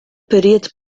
parede